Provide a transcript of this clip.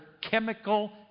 chemical